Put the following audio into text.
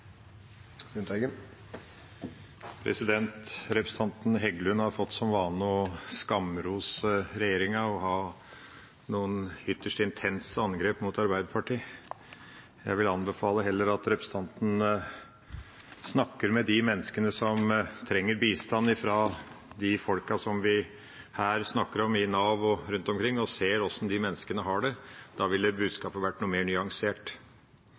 Representanten Heggelund har fått som vane å skamrose regjeringa og ha noen ytterst intense angrep mot Arbeiderpartiet. Jeg vil anbefale at representanten heller snakker med de menneskene som trenger bistand fra de folkene vi her snakker om i Nav og rundt omkring, og ser hvordan de menneskene har det. Da ville budskapet vært noe mer nyansert.